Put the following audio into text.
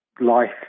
life